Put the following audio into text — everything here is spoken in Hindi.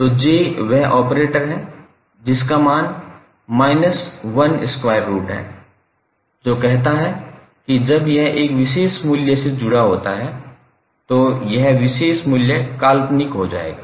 तो j वह ऑपरेटर है जिसका मान √−1 है जो कहता है कि जब यह एक विशेष मूल्य से जुड़ा होता है तो यह विशेष मूल्य काल्पनिक हो जाएगा